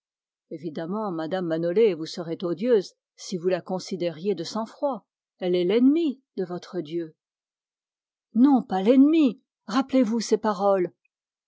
mme manolé vous serait odieuse si vous la considériez de sang-froid elle est l'ennemie de votre dieu non pas l'ennemie rappelez-vous ses paroles